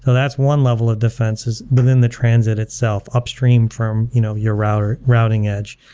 so that's one level of defenses within the transit itself, upstream from you know your routing routing edge.